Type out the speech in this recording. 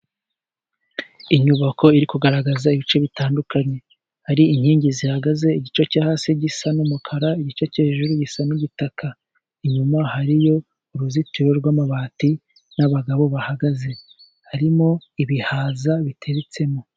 Inyubako iri kugaragaza ibice bitandukanye, hari inkingi zihagaze. Igice cyo hasi gisa n'umukara, igice cyo hejuru gisa n'igitaka. Inyuma hariyo uruzitiro rw'amabati n'abagabo bahagaze, harimo ibihaza biteretsemo.